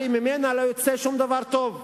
הרי ממנה לא יצא שום דבר טוב.